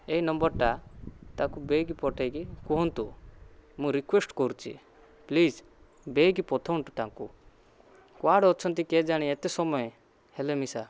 ଏଇ ନମ୍ୱର୍ଟା ତାକୁ ବେଗି ପଠେଇକି କୁହନ୍ତୁ ମୁଁ ରିକ୍ୱେଷ୍ଟ କରୁଛି ପ୍ଲିଜ୍ ବେଗି ପଠାନ୍ତୁ ତାଙ୍କୁ କୁଆଡ଼େ ଅଛନ୍ତି କେଜାଣି ଏତେ ସମୟ ସା